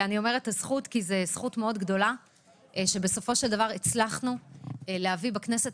זו זכות גדולה מאוד שהצלחנו להביא בכנסת